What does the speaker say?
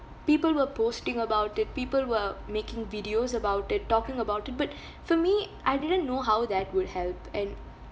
people were posting about it people were making videos about it talking about it but for me I didn't know how that would help and